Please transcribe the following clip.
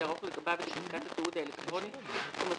יערוך לגביו את בדיקת התיעוד האלקטרוני כמפורט